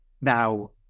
now